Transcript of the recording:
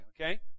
okay